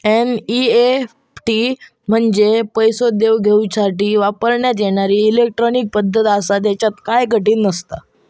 NEFT म्हंजे पैसो देवघेवसाठी वापरण्यात येणारी इलेट्रॉनिक पद्धत आसा, त्येच्यात काय कठीण नसता